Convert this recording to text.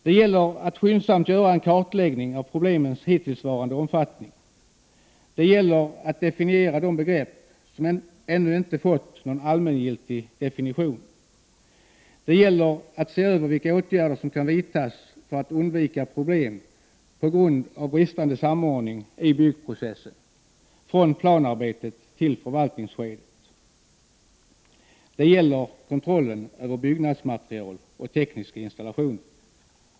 Det gäller att skyndsamt göra en kartläggning av problemens hittillsvarande omfattning. Det gäller att definiera de begrepp som ännu inte fått någon allmängiltig definition. Det gäller att se över vilka åtgärder som kan vidtas för att undvika problem på grund av bristande samordning i byggprocessen, från planarbetet till förvaltningsskedet. Det gäller kontroll över byggnadsmaterial och tekniska installationer.